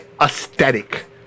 aesthetic